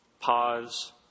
Pause